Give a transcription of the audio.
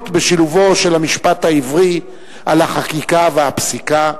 בשילובו של המשפט העברי בחקיקה ובפסיקה,